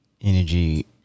energy